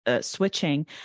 switching